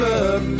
up